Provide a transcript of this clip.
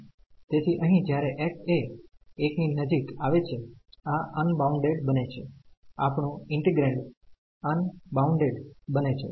તેથી અહિં જ્યારે x એ 1 ની નજીક આવે છે આ અનબાઉન્ડેડ બને છે આપણું ઈન્ટિગ્રેન્ડ અનબાઉન્ડેડ બને છે